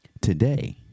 Today